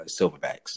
Silverbacks